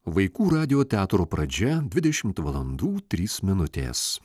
vaikų radijo teatro pradžia dvidešimt valandų trys minutės